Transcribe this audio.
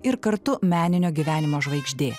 ir kartu meninio gyvenimo žvaigždė